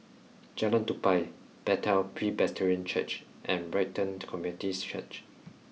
Jalan Tupai Bethel Presbyterian Church and Brighton Community's Church